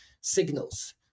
signals